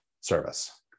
service